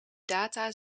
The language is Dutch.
data